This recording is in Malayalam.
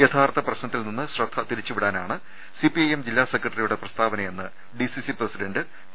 യഥാർത്ഥ പ്രശ്നത്തിൽ നിന്ന് ശ്രദ്ധിതിരിച്ചുവിടാനാണ് സിപി ഐഎം ജില്ലാ സെക്രട്ടറിയുടെ പ്രസ്താവനയെന്ന് ഡിസിസി പ്രസി ഡന്റ് ടി